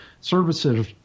services